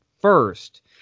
first